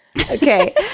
Okay